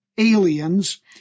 Aliens